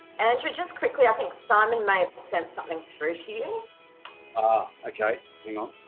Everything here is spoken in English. andrew just quickly i think simon may have sent something through to you ah okay you know